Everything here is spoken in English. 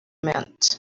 meant